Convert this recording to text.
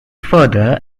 further